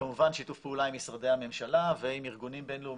כמובן שיתוף פעולה עם משרדי הממשלה ועם ארגונים בין-לאומיים,